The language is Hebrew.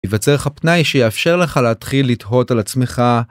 יווצר לך פנאי שיאפשר לך ‫להתחיל לתהות על עצמך.